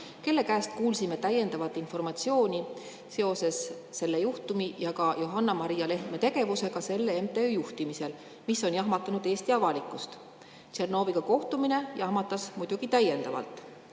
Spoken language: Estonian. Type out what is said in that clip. kelle käest kuulsime täiendavat informatsiooni seoses selle juhtumi ja ka Johanna-Maria Lehtme tegevusega selle MTÜ juhtimisel, mis on jahmatanud Eesti avalikkust. Tšernoviga kohtumine jahmatas muidugi täiendavalt.